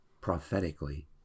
prophetically